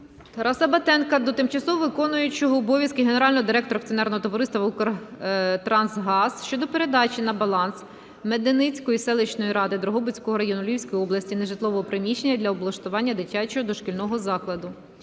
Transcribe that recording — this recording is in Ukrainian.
Тараса Батенка до тимчасово виконуючого обов'язки генерального директора Акціонерного товариства "УКРТРАНСГАЗ" щодо передачі на баланс Меденицької селищної ради Дрогобицького району Львівської області нежитлового приміщення для облаштування дитячого дошкільного закладу.